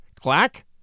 Clack